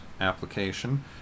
application